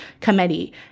committee